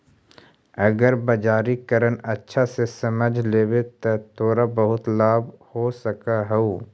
अगर बाजारीकरण अच्छा से समझ लेवे त तोरा बहुत लाभ हो सकऽ हउ